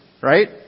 right